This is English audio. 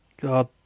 God